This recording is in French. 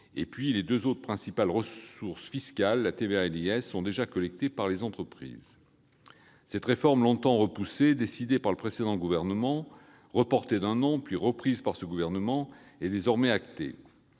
et que les deux autres principales ressources fiscales, la TVA et l'IS, sont déjà collectées par les entreprises. Absolument ! Cette réforme, longtemps repoussée, décidée par le précédent gouvernement, reportée d'un an puis reprise par ce gouvernement, est désormais actée.